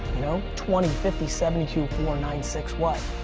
you know twenty, fifty, seventy two, four, nine, six, what?